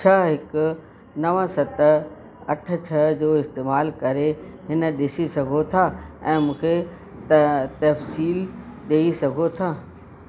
छह हिकु नवं सत अठ छह जो इस्तेमालु करे हिन ॾिसी सघो था ऐं मूंखे त तफ़्सीलु ॾेई सघो था